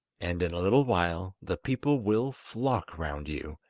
and in a little while the people will flock round you